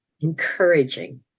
encouraging